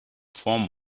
form